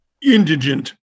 indigent